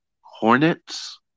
Hornets